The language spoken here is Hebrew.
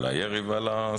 על הירי ועל הסחיטה.